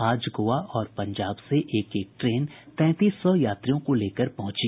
आज गोवा और पंजाब से एक एक ट्रेन तैंतीस सौ यात्रियों को लेकर पहुंची